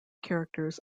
characters